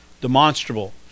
Demonstrable